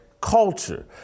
culture